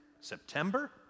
September